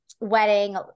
Wedding